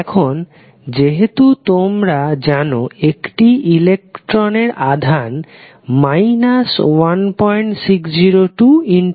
এখন যেহেতু তোমরা জানো একটি ইলেকট্রন এর আধান 160210 19